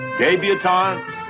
debutantes